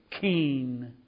keen